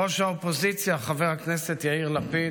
ראש האופוזיציה חבר הכנסת יאיר לפיד,